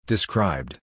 Described